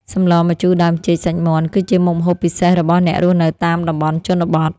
សម្លម្ជូរដើមចេកសាច់មាន់ គឺជាមុខម្ហូបពិសេសរបស់អ្នករស់នៅតាមតំបន់ជនបទ។